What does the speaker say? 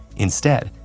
instead,